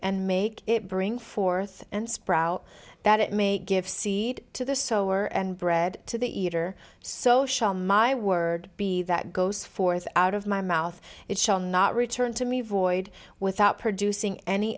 and make it bring forth and sprout that it may give seed to the so were and bread to the eater so shall my word be that goes forth out of my mouth it shall not return to me void without producing any